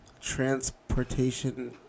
Transportation